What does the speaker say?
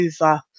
over